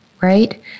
right